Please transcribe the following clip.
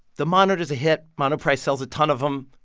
the monitor's a hit. monoprice sells a ton of them.